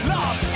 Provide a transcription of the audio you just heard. Love